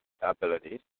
abilities